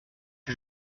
que